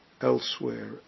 elsewhere